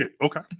Okay